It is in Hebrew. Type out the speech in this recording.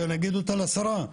שאני אגיד אותה לשרה,